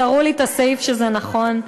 תראו לי את הסעיף שזה לא נכון.